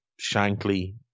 Shankly